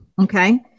Okay